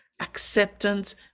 acceptance